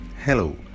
Hello